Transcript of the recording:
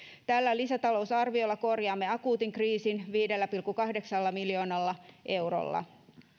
tällä lisätalousarviolla korjaamme akuutin kriisin viidellä pilkku kahdeksalla miljoonalla eurolla